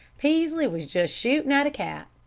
peaslee was just shooting at a cat.